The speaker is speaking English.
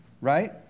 right